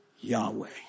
Yahweh